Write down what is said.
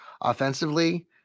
offensively